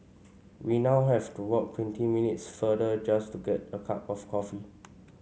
we now have to walk twenty minutes farther just to get a cup of coffee